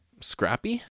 Scrappy